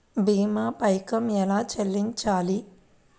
భీమా పైకం ఎలా చెల్లించాలి?